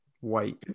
white